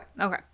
okay